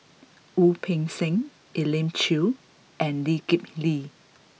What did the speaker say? Wu Peng Seng Elim Chew and Lee Kip Lee